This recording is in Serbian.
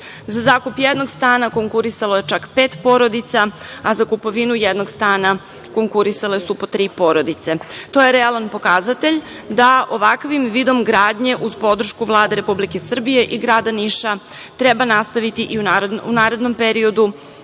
Za zakup jednog stana konkurisalo je čak pet porodica, a za kupovinu jednog stana konkurisale su po tri porodice. To je realan pokazatelj da ovakvim vidom gradnje, uz podršku Vlade Republike Srbije i grada Ništa, treba nastaviti i u narednom periodu,